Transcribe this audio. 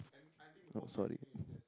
oh sorry